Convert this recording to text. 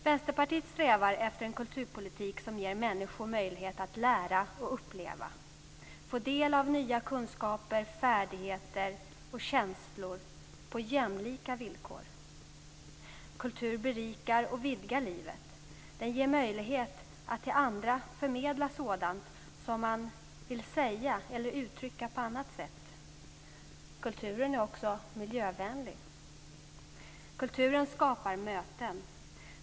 Vänsterpartiet strävar efter en kulturpolitik som ger människor möjlighet att lära och uppleva, få del av nya kunskaper, färdigheter och känslor på jämlika villkor. Kultur berikar och vidgar livet. Den ger möjlighet att till andra förmedla sådant som man vill säga eller uttrycka på annat sätt. Kulturen är också miljövänlig. Kulturen skapar möten.